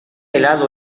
helado